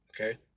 Okay